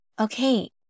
Okay